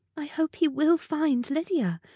i hope he will find lydia,